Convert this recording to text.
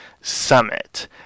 summit